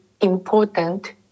important